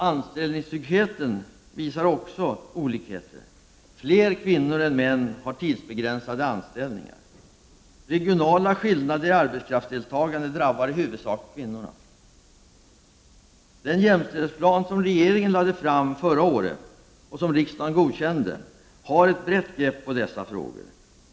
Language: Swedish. Anställningstryggheten visar också på olikheter. Fler kvinnor än män har tidsbegränsade anställningar. Regionala skillnader i arbetslivsdeltagande drabbar i huvudsak kvinnorna. Den jämställdhetsplan som regeringen lade fram förra året, och som riksdagen godkände, har ett brett grepp på dessa frågor.